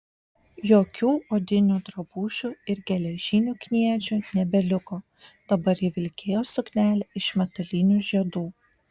jokių odinių drabužių ir geležinių kniedžių nebeliko dabar ji vilkėjo suknelę iš metalinių žiedų